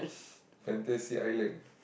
Fantasy-Island